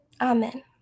Amen